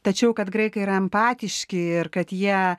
tačiau kad graikai yra empatiški ir kad jie